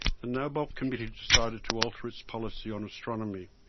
the nobel committee decided to alter its policy on astronomy.